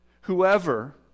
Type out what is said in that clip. whoever